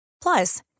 Plus